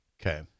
Okay